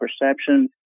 perception